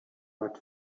but